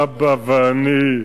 אבא ואני,